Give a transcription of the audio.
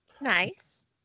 Nice